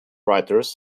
writers